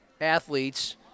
athletes